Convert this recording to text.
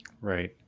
Right